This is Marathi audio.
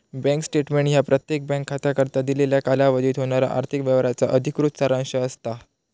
बँक स्टेटमेंट ह्या प्रत्येक बँक खात्याकरता दिलेल्या कालावधीत होणारा आर्थिक व्यवहारांचा अधिकृत सारांश असता